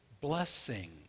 blessing